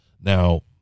Now